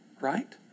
right